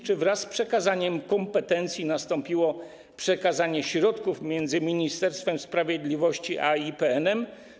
Czy wraz z przekazaniem kompetencji nastąpiło przekazanie środków między Ministerstwem Sprawiedliwości a IPN-em?